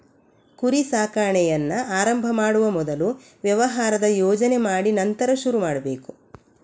ಕುರಿ ಸಾಕಾಣೆಯನ್ನ ಆರಂಭ ಮಾಡುವ ಮೊದಲು ವ್ಯವಹಾರದ ಯೋಜನೆ ಮಾಡಿ ನಂತರ ಶುರು ಮಾಡ್ಬೇಕು